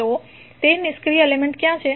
તો તે નિષ્ક્રિય એલિમેન્ટ ક્યા છે